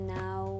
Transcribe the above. now